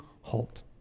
halt